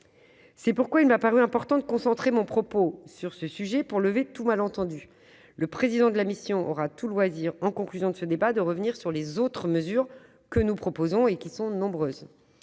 C'est pourquoi il m'a paru important de concentrer mon propos sur ce sujet afin de lever tout malentendu. Le président de la mission d'information aura tout loisir, en conclusion de ce débat, de revenir sur les autres mesures, nombreuses, que nous